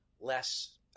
Less